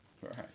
Right